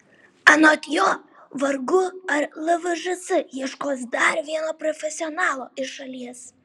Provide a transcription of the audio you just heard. anot jo vargu ar lvžs ieškos dar vieno profesionalo iš šalies